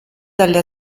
dalle